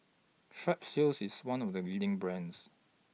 Strepsils IS one of The leading brands